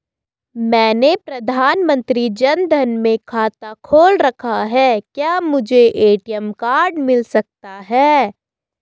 मैंने प्रधानमंत्री जन धन में खाता खोल रखा है क्या मुझे ए.टी.एम कार्ड मिल सकता है?